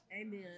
Amen